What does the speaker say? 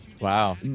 Wow